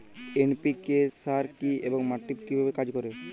NPK সার কি এবং এটি কিভাবে কাজ করে?